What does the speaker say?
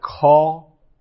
call